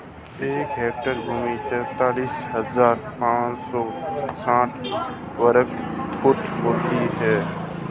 एक एकड़ भूमि तैंतालीस हज़ार पांच सौ साठ वर्ग फुट होती है